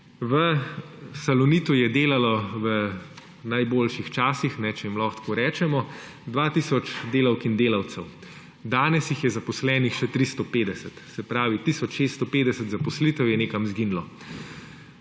V Salonitu je delalo v najboljših časih, če jih lahko tako rečemo, dva tisoč delavk in delavcev. Danes jih je zaposlenih še 350; se pravi, tisoč 650 zaposlitev je nekam izginilo.